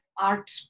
art